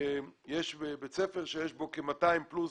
יש בית ספר שיש בו כ-200 פלוס